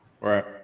Right